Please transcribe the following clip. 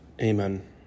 Amen